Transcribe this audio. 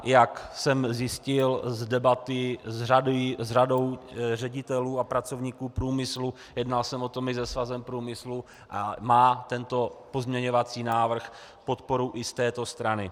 Jak jsem zjistil z debaty s řadou ředitelů a pracovníků průmyslu, jednal jsem o tom i se Svazem průmyslu, má tento pozměňovací návrh podporu i z této strany.